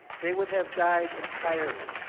they would have died entirely.